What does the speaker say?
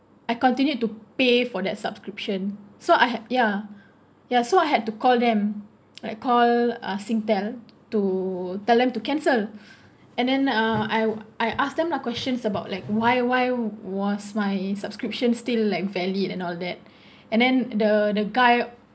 I continued to pay for that subscription so I have yeah yeah so I had to call them like call uh Singtel to tell them to cancel and then uh I'll I asked them lah questions about like why why was my subscription still like valid and all that and then the the guy